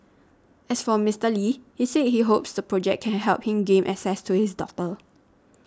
as for Mister Lee he said he hopes the project can help him gain access to his daughter